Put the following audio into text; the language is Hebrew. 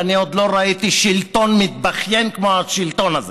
ואני עוד לא ראיתי שלטון מתבכיין כמו השלטון הזה.